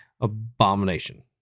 abomination